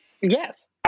yes